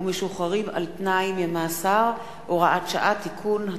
ומשוחררים על-תנאי ממאסר (הוראת שעה) (תיקון),